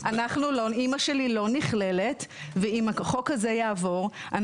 אימא שלי לא נכללת ואם החוק הזה יעבור,